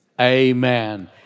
Amen